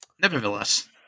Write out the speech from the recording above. Nevertheless